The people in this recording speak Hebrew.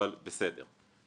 אבל בסדר.